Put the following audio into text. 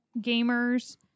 gamers